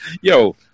Yo